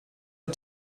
att